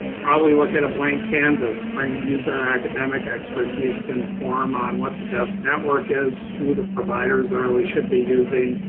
probably look at a blank canvas, use our academic expertise to inform on what the best network is, who the providers are we should be using,